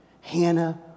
Hannah